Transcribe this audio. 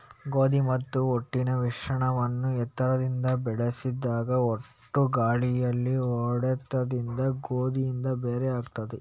ಗೋಧಿ ಮತ್ತೆ ಹೊಟ್ಟಿನ ಮಿಶ್ರಣವನ್ನ ಎತ್ತರದಿಂದ ಬೀಳಿಸಿದಾಗ ಹೊಟ್ಟು ಗಾಳಿಯ ಹೊಡೆತದಿಂದ ಗೋಧಿಯಿಂದ ಬೇರೆ ಆಗ್ತದೆ